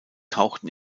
tauchten